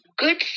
Good